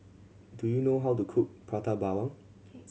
do you know how to cook Prata Bawang